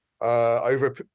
Over